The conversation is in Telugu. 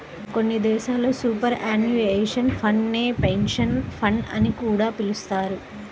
కొన్ని దేశాల్లో సూపర్ యాన్యుయేషన్ ఫండ్ నే పెన్షన్ ఫండ్ అని కూడా పిలుస్తున్నారు